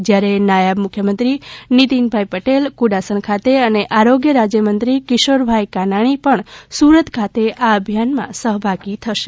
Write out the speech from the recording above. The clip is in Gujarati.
જયારે નાયબ મુખ્યમંત્રી નીતિન પટેલ ક્રડાસણ ખાતે અને આરોગ્ય રાજ્ય મંત્રી કિશોરભાઈ કાનાણી પણ સુરત ખાતે આ અભિયાનમાં સહભાગી થશે